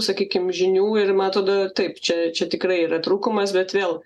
sakykim žinių ir man atrodo taip čia čia tikrai yra trūkumas bet vėl